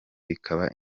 bikaba